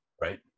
right